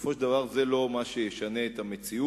בסופו של דבר זה לא מה שישנה את המציאות.